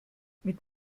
mit